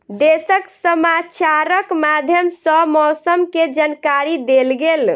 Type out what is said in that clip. देशक समाचारक माध्यम सॅ मौसम के जानकारी देल गेल